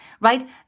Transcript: right